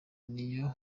niyo